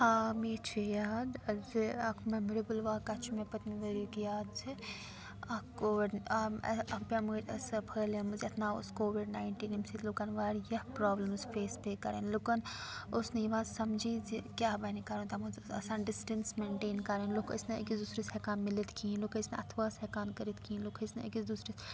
آ مے چھُ یاد زِ اَکھ مٮ۪موریبٕل واقعہ چھُ مےٚ پٔتۍمہِ ؤریُک یاد زِ اَکھ کووِڈ اَکھ بٮ۪مٲرۍ ٲس سۄ پھٔہلیمٕژ یَتھ ناو اوس کووِڈ ناینٹیٖن ییٚمہِ سۭتۍ لُکَن واریاہ پرٛابلِمٕز فیس پے کَرٕنۍ لُکَن اوس نہٕ یِوان سَمجھی زِ کیٛاہ بَنہِ کَرُن تَتھ مںٛز ٲس آسان ڈِسٹٮ۪نٕس مٮ۪نٛٹین کَرٕنۍ لُکھ ٲسۍ نہٕ أکِس دوٗسرِس ہٮ۪کان مِلِتھِ کہیٖنۍ لُکھ ٲسۍ نہٕ اَتھٕ واس ہٮ۪کان کٔرِتھ کِہیٖنۍ لُکھ ٲسۍ نہٕ أکِس دوٗسرِس